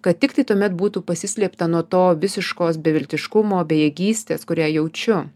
kad tiktai tuomet būtų paslėpta nuo to visiškos beviltiškumo bejėgystės kurią jaučiu